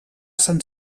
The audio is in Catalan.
sant